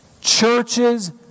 Churches